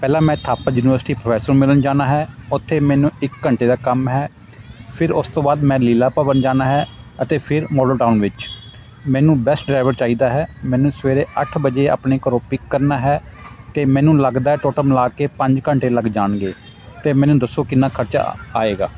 ਪਹਿਲਾਂ ਮੈਂ Thapar university professor ਨੂੰ ਮਿਲਣ ਜਾਣਾ ਹੈ ਉੱਥੇ ਮੈਨੂੰ ਇੱਕ ਘੰਟੇ ਦਾ ਕੰਮ ਹੈ ਫਿਰ ਉਸ ਤੋਂ ਬਾਅਦ ਮੈਂ ਲੀਲਾ ਭਵਨ ਜਾਣਾ ਹੈ ਅਤੇ ਫਿਰ ਮੋਡਲ ਟਾਊਨ ਵਿੱਚ ਮੈਨੂੰ ਬੈਸਟ ਡਰਾਈਵਰ ਚਾਹੀਦਾ ਹੈ ਮੈਨੂੰ ਸਵੇਰੇ ਅੱਠ ਵਜੇ ਆਪਣੇ ਘਰੋਂ ਪਿਕ ਕਰਨਾ ਹੈ ਅਤੇ ਮੈਨੂੰ ਲੱਗਦਾ ਟੋਟਲ ਮਿਲਾ ਕੇ ਪੰਜ ਘੰਟੇ ਲੱਗ ਜਾਣਗੇ ਅਤੇ ਮੈਨੂੰ ਦੱਸੋ ਕਿੰਨਾ ਖਰਚਾ ਆ ਆਏਗਾ